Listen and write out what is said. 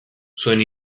zuon